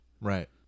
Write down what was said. Right